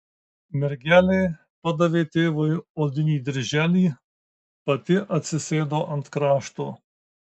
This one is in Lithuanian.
mergelė padavė tėvui odinį dirželį pati atsisėdo ant krašto